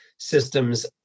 systems